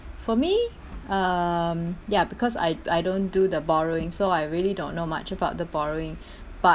for me um ya because I I don't do the borrowing so I really don't know much about the borrowing but